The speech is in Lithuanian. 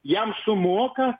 jam sumoka